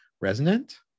resonant